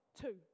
two